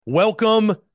Welcome